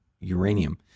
uranium